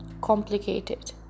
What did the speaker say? complicated